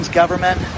government